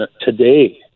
today